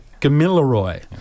Gamilaroi